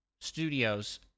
studios